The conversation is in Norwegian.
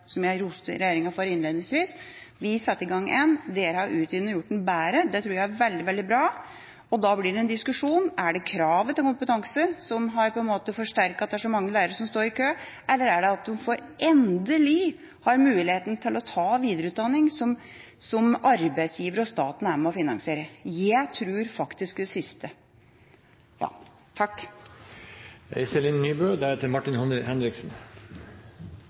og gjort den bedre – det tror jeg er veldig, veldig bra. Og da blir det en diskusjon: Er det kravet til kompetanse som har på en måte forsterket at det er så mange lærere som står i kø, eller er det fordi de endelig får muligheten til å ta videreutdanning som arbeidsgiver og staten er med og finansierer. Jeg tror faktisk det siste.